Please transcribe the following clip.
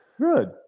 good